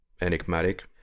enigmatic